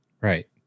Right